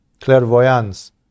clairvoyance